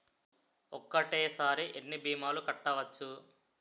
ఒక్కటేసరి ఎన్ని భీమాలు కట్టవచ్చు?